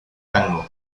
tango